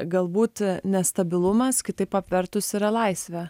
galbūt nestabilumas kitaip apvertus yra laisvė